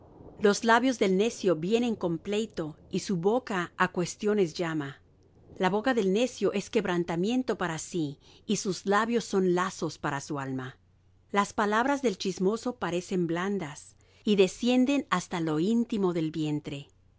los labios del necio vienen con pleito y su boca á cuestiones llama la boca del necio es quebrantamiento para sí y sus labios son lazos para su alma las palabras del chismoso parecen blandas y descienden hasta lo íntimo del vientre